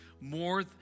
more